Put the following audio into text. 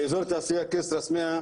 באזור תעשייה כסרא סמיע,